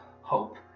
hope